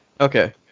Okay